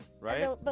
right